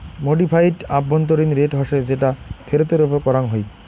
modified আভ্যন্তরীণ rate হসে যেটা ফেরতের ওপর করাঙ হই